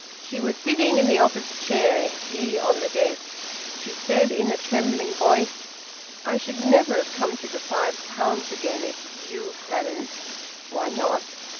she was sitting in the office chair he on the desk. she said in a trembling voice i should never have come to the five towns again, if you hadn't why not?